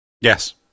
yes